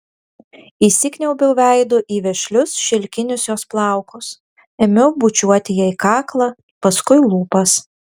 įsikniaubiau veidu į vešlius šilkinius jos plaukus ėmiau bučiuoti jai kaklą paskui lūpas